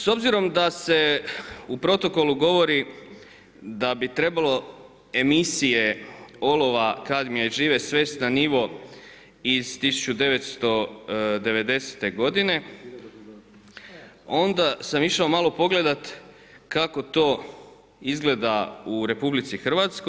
S obzirom da se u protokolu govori da bi trebalo emisije olova, kadmija i žive svesti na nivo iz 1990. godine, onda sam išao malo pogledati kako to izgleda u RH.